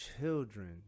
children